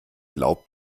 laub